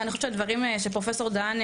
אבל אני חושבת שהדברים של פרופסור דהן,